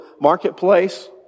marketplace